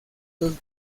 dos